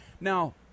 Now